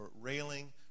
railing